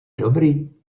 dobrý